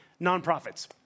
nonprofits